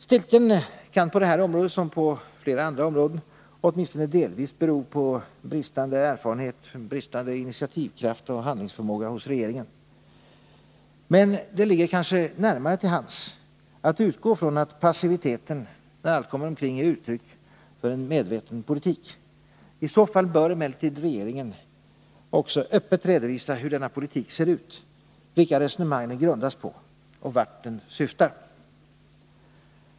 Stiltjen kan på det här området som på flera andra områden åtminstone delvis bero på bristande erfarenhet, bristande initiativkraft och handlingsförmåga hos regeringen. Men det ligger kanske närmare till hands att utgå från att passiviteten när allt kommer omkring är uttryck för en medveten politik. I så fall bör emellertid regeringen också öppet redovisa hur denna politik ser ut, vilka resonemang den grundas på och vart den syftar.